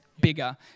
bigger